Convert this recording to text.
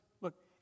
Look